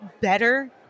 better